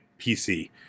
PC